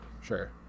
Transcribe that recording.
Sure